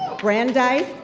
brandeis,